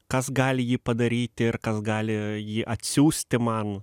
kas gali jį padaryti ir kas gali jį atsiųsti man